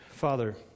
Father